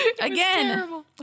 again